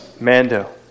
Mando